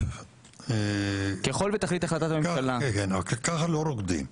ככה לא עובדים.